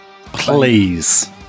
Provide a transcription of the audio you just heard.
please